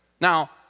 Now